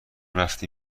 رفتم